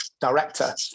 director